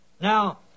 Now